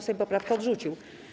Sejm poprawkę odrzucił.